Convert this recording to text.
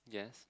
yes